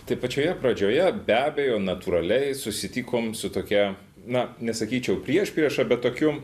tai pačioje pradžioje be abejo natūraliai susitikom su tokia na nesakyčiau priešprieša bet tokiu